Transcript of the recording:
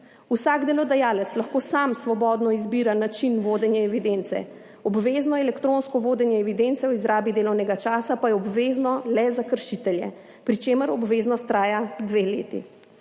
Vsak delodajalec lahko sam svobodno izbira način vodenja evidence. Obvezno elektronsko vodenje evidence o izrabi delovnega časa pa je obvezno le za kršitelje, pri čemer obveznost traja dve leti.